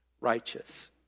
righteous